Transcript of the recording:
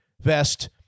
vest